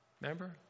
Remember